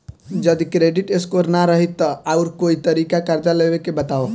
जदि credit score ना रही त आऊर कोई तरीका कर्जा लेवे के बताव?